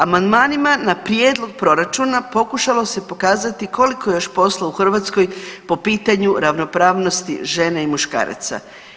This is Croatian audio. Amandmanima na prijedlog proračuna pokušalo se pokazati koliko je još posla u Hrvatskoj po pitanju ravnopravnosti žene i muškaraca.